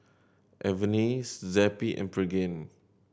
Avene Zappy and Pregain